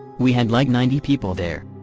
we had like ninety people there.